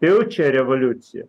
jau čia revoliucija